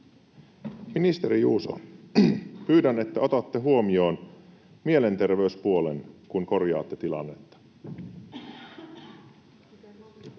Ministeri Juuso, pyydän, että otatte huomioon mielenterveyspuolen, kun korjaatte tilannetta.